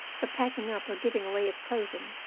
the packing up or giving away of clothing,